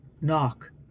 knock